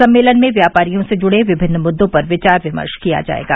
सम्मेलन में व्यापारियों से जुड़े विभिन्न मुद्दों पर विचार विमर्श किया जायेगा